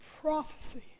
prophecy